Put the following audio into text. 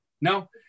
no